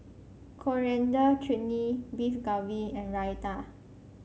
Coriander Chutney Beef Galbi and Raita